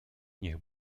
niech